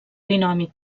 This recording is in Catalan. binomi